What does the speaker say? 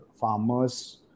farmers